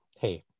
hey